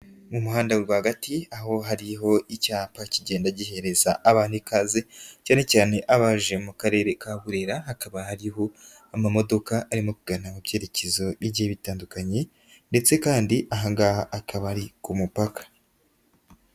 Mu muhanda rwagati aho hari icyapa kigenda gihereza abantu ikaze, cyane cyane abaje mu karere ka burera, hakaba hariho amamodoka arimo kugana mu byererekezo bigiye bitandukanye ndetse kandi ahanga akaba ari ku mupaka.